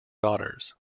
daughters